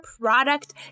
product